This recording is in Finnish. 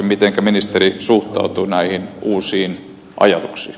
mitenkä ministeri suhtautuu näihin uusiin ajatuksiin